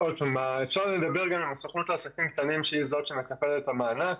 אפשר לדבר גם עם הסוכנות לעסקים קטנים שהיא זאת שמטפלת במענק.